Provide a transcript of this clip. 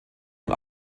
und